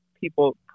people